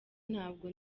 ntabwo